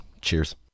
Cheers